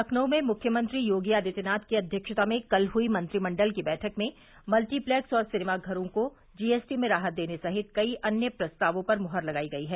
लखनऊ में मुख्यमंत्री योगी आदित्यनाथ की अध्यक्षता में कल हुई मंत्रिमंडल की बैठक में मल्टीप्लैक्स और सिनेमा घरों को जीएसटी में राहत देने सहित कई अन्य प्रस्तावों पर मुहर लगाई गई है